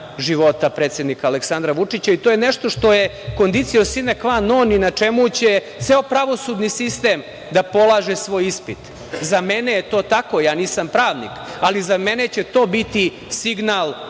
života predsednika Aleksandra Vučića. To je nešto što je kondicio sine kva non i na čemu će ceo pravosudni sistem da polaže svoj ispit. Za mene je to tako. Ja nisam pravnik, ali za mene će to biti signal